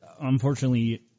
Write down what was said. unfortunately